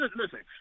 listen